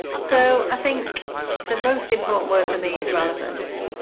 so i think the most important word for me is relevance.